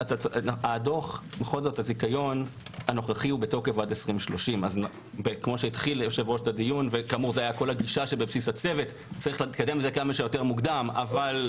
הזיכיון הנוכחי הוא עד 2030. אנחנו מצדדים בתכנון מוקדם,